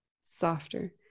softer